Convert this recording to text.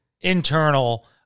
internal